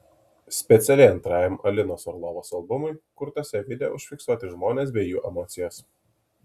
specialiai antrajam alinos orlovos albumui kurtuose video užfiksuoti žmones bei jų emocijos